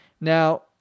Now